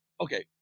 Okay